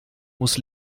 muss